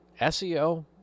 SEO